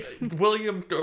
william